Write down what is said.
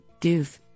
doof